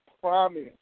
promise